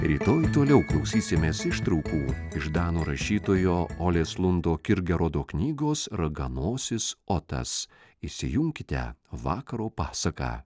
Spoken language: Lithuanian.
rytoj toliau klausysimės ištraukų iš danų rašytojo olės lundo kirgerodo knygos raganosis otas įsijunkite vakaro pasaką